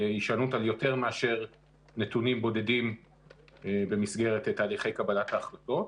והישענות על יותר מאשר נתונים בודדים במסגרת קבלת ההחלטות.